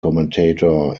commentator